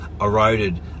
eroded